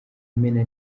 imena